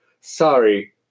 Sorry